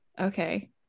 okay